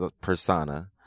persona